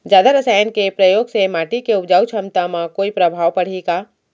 जादा रसायन के प्रयोग से माटी के उपजाऊ क्षमता म कोई प्रभाव पड़ही का?